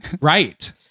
Right